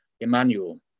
Emmanuel